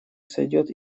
сойдёт